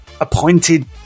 appointed